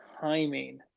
timing